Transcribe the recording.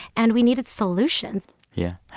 and we needed solutions yeah.